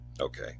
Okay